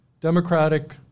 democratic